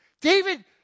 David